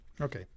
Okay